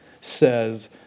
says